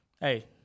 Hey